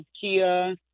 kia